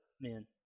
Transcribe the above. men